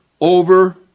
over